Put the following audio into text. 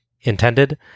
intended